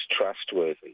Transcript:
trustworthy